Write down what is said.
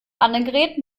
annegret